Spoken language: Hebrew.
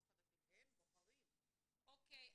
אוקי.